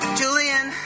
julian